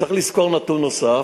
צריך לזכור נתון נוסף,